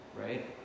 right